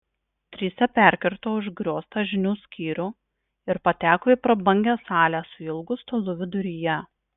trise perkirto užgrioztą žinių skyrių ir pateko į prabangią salę su ilgu stalu viduryje